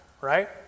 right